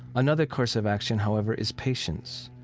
another course of action, however, is patience.